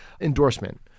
endorsement